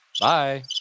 Bye